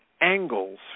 angles